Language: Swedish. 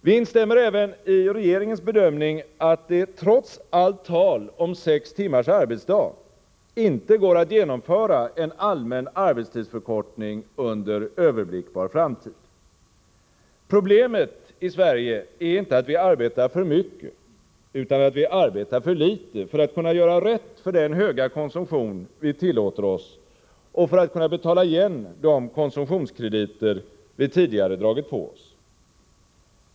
Vi instämmer även i regeringens bedömning att det trots allt tal om sex timmars arbetsdag inte går att genomföra en allmän arbetstidsförkortning under överblickbar framtid. Problemet i Sverige är inte att vi arbetar för mycket, utan att vi arbetar för litet för att kunna göra rätt för den höga konsumtion vi tillåter oss och för att kunna betala igen de konsumtionskrediter vi tidigare dragit på oss.